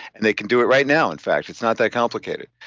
and they can do it right now in fact, it's not that complicated.